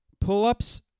pull-ups